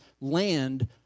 land